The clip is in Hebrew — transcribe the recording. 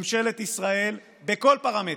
ממשלת ישראל, בכל פרמטר.